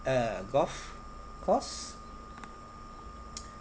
uh golf course